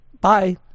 Bye